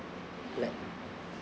like